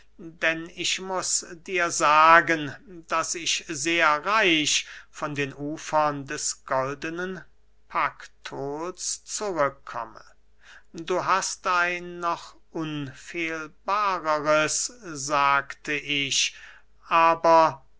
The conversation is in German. denn ich muß dir sagen daß ich sehr reich von den ufern des goldnen paktols zurückkomme du hast ein noch unfehlbareres sagte ich aber